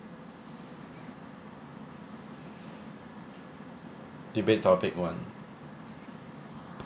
debate topic one